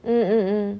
mm mm